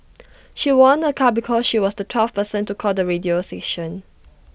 she won A car because she was the twelfth person to call the radio station